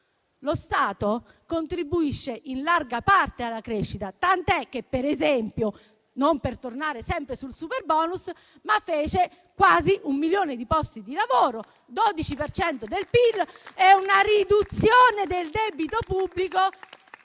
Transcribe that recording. Lo Stato contribuisce in larga parte alla crescita, tant'è che per esempio - non per tornare sempre sul superbonus - che fece quasi un milione di posti di lavoro, 12 per cento del PIL e una riduzione del debito pubblico